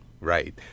Right